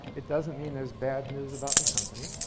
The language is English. it doesn't mean there's bad news about the company.